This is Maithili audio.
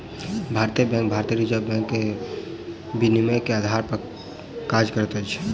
भारतीय बैंक भारतीय रिज़र्व बैंक के विनियमन के आधार पर काज करैत अछि